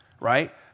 right